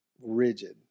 rigid